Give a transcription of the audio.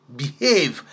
behave